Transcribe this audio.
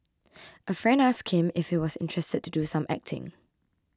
a friend asked him if he was interested to do some acting